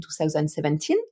2017